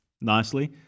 nicely